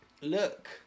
look